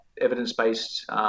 evidence-based